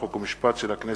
חוק ומשפט של הכנסת.